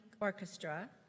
Orchestra